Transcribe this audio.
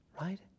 right